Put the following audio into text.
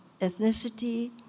ethnicity